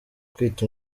kwita